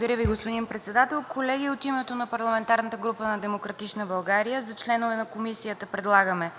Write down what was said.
Благодаря Ви, господин Председател. Колеги, от името на парламентарната група на „Демократична България“ за членове на Комисията предлагаме